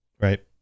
right